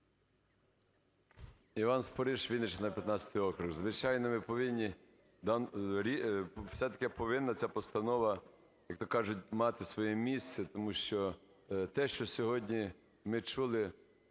Іван Спориш, Вінниччина, 15-й округ. Звичайно, ми повинні… все-таки повинна ця постанова, як-то кажуть, мати своє місце. Тому що те, що сьогодні ми чули,